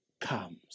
comes